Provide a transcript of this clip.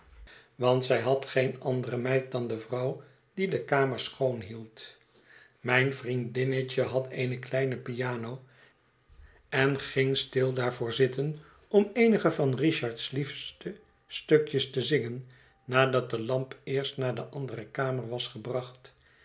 want zij had gl mo het verlaten huis geen andere meid dan de vrouw die de kamers schoon hield mijn vriendinnetje had eene kleine piano en ging stil daarvoor zitten om eenige van richard's liefste stukjes te zingen nadat de lamp eerst naar de andere kamer was gebracht